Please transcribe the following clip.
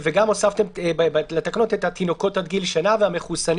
וגם הוספתם לתקנות את התינוקות עד גיל שנה והמחוסנים